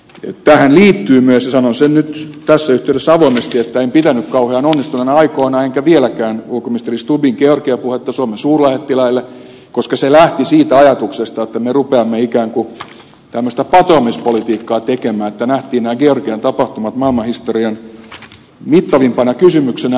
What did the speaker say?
tähän liittyy myös ja sanon sen nyt tässä yhteydessä avoimesti se että en pitänyt kauhean onnistuneena aikoinaan enkä pidä vieläkään ulkoministeri stubbin georgia puhetta suomen suurlähettiläille koska se lähti siitä ajatuksesta että me rupeamme ikään kuin tämmöistä patoamispolitiikkaa tekemään nähtiin nämä georgian tapahtumat maailmanhistorian mittavimpana kysymyksenä